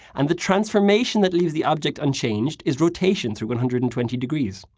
and the transformation that leaves the object unchanged is rotation through one hundred and twenty degrees.